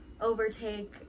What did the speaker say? overtake